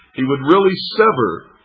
he would really sever,